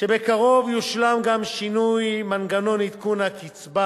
שבקרוב יושלם גם שינוי מנגנון עדכון הקצבה